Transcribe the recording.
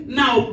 now